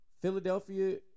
Philadelphia